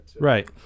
Right